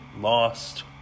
lost